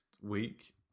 week